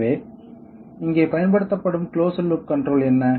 எனவே இங்கே பயன்படுத்தப்படும் கிளோஸ்ட் லூப் கன்ட்ரோல் என்ன